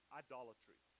idolatry